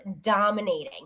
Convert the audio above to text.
dominating